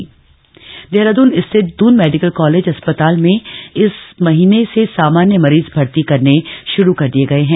दुन medical college Dehradun स्थित Doon medical college अस्पताल में इस महीने से सामान्य मरीज भर्ती करने शुरू कर दिए गए हैं